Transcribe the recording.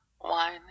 one